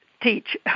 teach